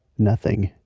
nothing